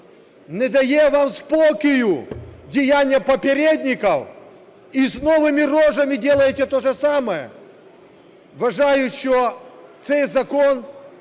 Не дає вам спокою діяння "попєрєдніков" і з новими рожами делаете то же самое? Вважаю, що цей закон